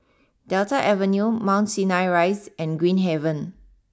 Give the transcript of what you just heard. Delta Avenue Mount Sinai Rise and Green Haven